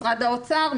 משרד האוצר,